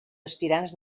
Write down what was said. aspirants